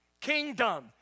Kingdom